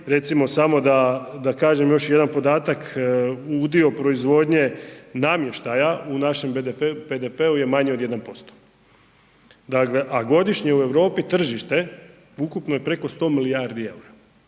recimo samo da kažem još jedan podatak, udio proizvodnje namještaja u našem BDP-u je manji od 1%. Dakle, a godišnje u Europi tržište ukupno je preko 100 milijardi EUR-a.